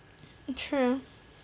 true